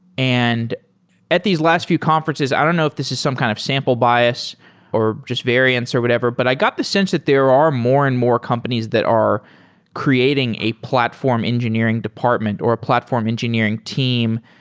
and at these last few conferences, i don't know if this is some kind of sample bias or just variance or whatever, but i got the sense that there are more and more companies that are creating a platform engineering department or a platform engineering team.